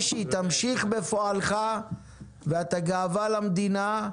תמשיך בפועלך ואתה גאווה למדינה,